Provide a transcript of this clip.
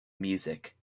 music